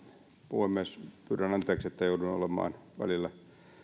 puhemies pyydän anteeksi että jouduin olemaan välillä